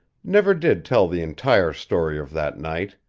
never did tell the entire story of that night.